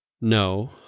No